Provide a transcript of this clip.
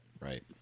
Right